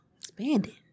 Expanding